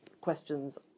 questions